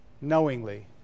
knowingly